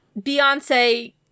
Beyonce